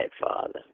Father